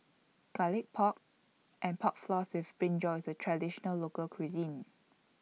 Garlic Pork and Pork Floss with Brinjal IS A Traditional Local Cuisine